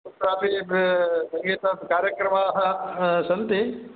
कुत्रापि सङ्गीतकार्यक्रमाः सन्ति